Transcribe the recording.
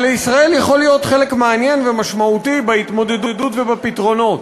אבל לישראל יכול להיות חלק מעניין ומשמעותי בהתמודדות ובפתרונות.